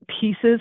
pieces